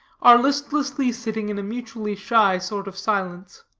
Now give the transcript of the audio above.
are listlessly sitting in a mutually shy sort of silence.